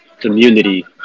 community